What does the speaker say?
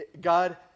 god